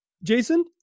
Jason